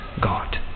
God